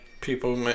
people